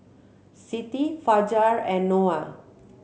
Siti Fajar and Noah